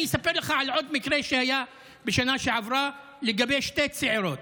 אני אספר לך על עוד מקרה שהיה בשנה שעברה לגבי שתי צעירות.